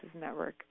Network